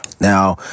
Now